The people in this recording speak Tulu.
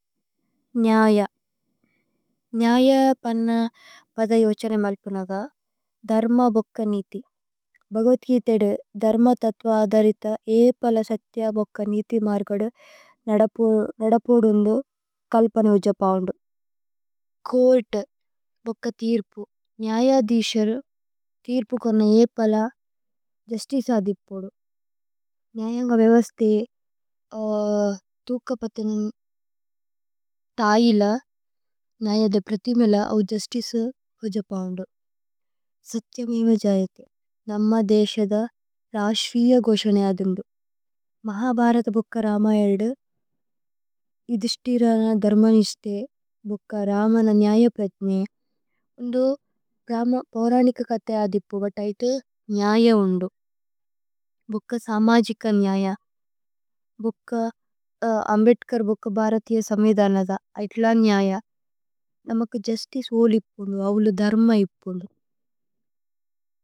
ന്യായ। ന്യായ പന്ന പദയ് വഛനേമ് അല്പുനഗ ധര്മ-ബുക്ക നിതി। ഭ്ഹഗവദ്ഗിത ധര്മ-തത്ത്വ അദരിത ഏപ്പല സത്യ-ബുക്ക നിതി മര്ഗദു। ന്ദപോദുന്ദു കല്പനേ വുജപവോന്ദു। കോല്ത ബുക്ക തിര്പു। ന്യായ ദിയ്ശേരു। തിര്പു കോന്ന ഏപ്പല ജുസ്തിചേ അദിപോദു। ന്യായ ന്ഗപേവസ്തേ ഥുക പതനേമ് തയില ന്യായദ പ്രഥിമേല അവു ജുസ്തിചേ ഹോജപവോന്ദു। സത്യ മേയ്വജയതേ നമ്മ ദേശദ രശ്വിയഗോശന്യദുന്ദു। മഹഭരത ബുക്ക രമ-യേല്ദു। യിദിശ്തിരന ധര്മ-നിതി തേ ബുക്ക രമ ന ന്യായ പേത്നേ। ന്ദു പ്രമ-പോരനിക കഥ്യ അദിപോദു। വത ഇതു ന്യായ ഉന്ദു। ഭുക്ക സമജികന് ന്യായ। ഭുക്ക അമ്ബേത്കര് ബുക്ക ബരഥിയ സമ്യിധനദ। ഐത്ല ന്യായ। നമക്ക ജുസ്തിചേ ഹോ ലിപ്പോന്ദു। അവുലു ധര്മ ഇപ്പോന്ദു।